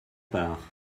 part